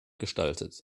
gestaltet